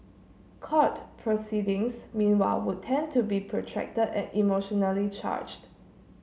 court proceedings meanwhile would tend to be protracted and emotionally charged